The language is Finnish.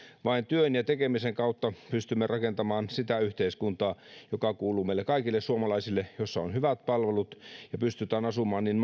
vain työn ja tekemisen kautta pystymme rakentamaan sitä yhteiskuntaa joka kuuluu meille kaikille suomalaisille jossa on hyvät palvelut ja jossa pystytään asumaan niin